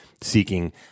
seeking